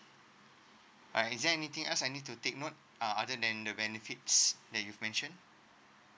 uh is there anything else I need to take note uh other than the benefits that you've mentioned